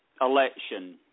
election